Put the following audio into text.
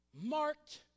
marked